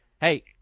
Hey